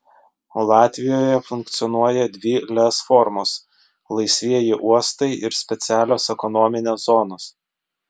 latvijoje funkcionuoja dvi lez formos laisvieji uostai ir specialios ekonominės zonos